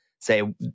say